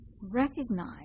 recognize